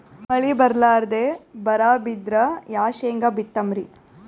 ಮಳಿ ಬರ್ಲಾದೆ ಬರಾ ಬಿದ್ರ ಯಾ ಶೇಂಗಾ ಬಿತ್ತಮ್ರೀ?